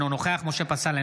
אינו נוכח משה פסל,